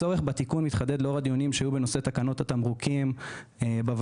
הצורך בתיקון התחדד לאור הדיונים שהיו בנושא תקנות התמרוקים בוועדה,